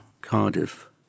Cardiff